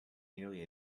nearly